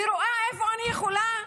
ורואה איפה אני יכולה לחסוך,